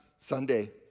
Sunday